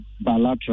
bilateral